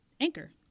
Anchor